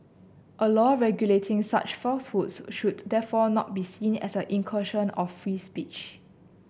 a law regulating such falsehoods should therefore not be seen as an incursion of free speech